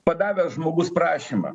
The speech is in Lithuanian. padavęs žmogus prašymą